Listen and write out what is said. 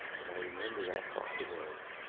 and i remember that's how i was.